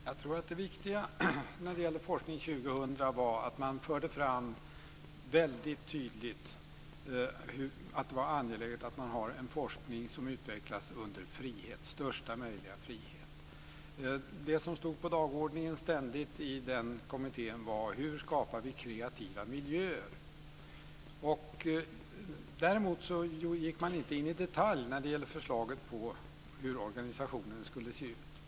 Fru talman! Jag tror att det viktiga med kommittén Forskning 2000 var att man väldigt tydligt förde fram att det är angeläget att ha en forskning som utvecklas under största möjliga frihet. Vad som ständigt stod på dagordningen i den kommittén var frågan om hur vi skapar kreativa miljöer. Däremot gick man inte i detalj in på förslaget om hur organisationen skulle se ut.